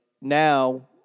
now